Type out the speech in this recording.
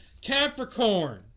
Capricorn